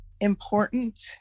important